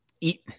eat